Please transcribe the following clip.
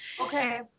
Okay